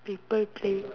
people play